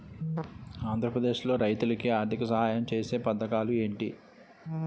ఆంధ్రప్రదేశ్ లో రైతులు కి ఆర్థిక సాయం ఛేసే పథకాలు ఏంటి?